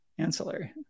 ancillary